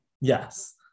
Yes